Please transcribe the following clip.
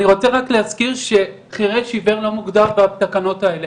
אני רוצה הרק להזכיר שחרש עיוור לא מוגדר בתקנות האלה.